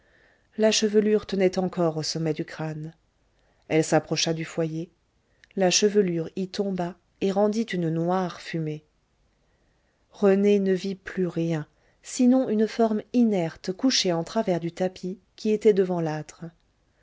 la chevelure tenait encore au sommet du crâne elle s'approcha du foyer la chevelure y tomba et rendit une noire fumée rené ne vit plus rien sinon une forme inerte couchée en travers du tapis qui était devant l'âtre